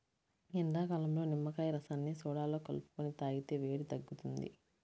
ఎండాకాలంలో నిమ్మకాయ రసాన్ని సోడాలో కలుపుకొని తాగితే వేడి తగ్గుతుంది